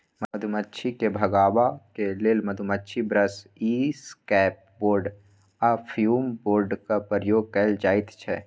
मधुमाछी केँ भगेबाक लेल मधुमाछी ब्रश, इसकैप बोर्ड आ फ्युम बोर्डक प्रयोग कएल जाइत छै